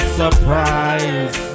surprise